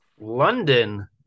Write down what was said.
London